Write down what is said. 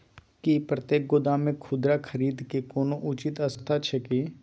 की प्रतेक गोदाम मे खुदरा खरीद के कोनो उचित आ सटिक व्यवस्था अछि की?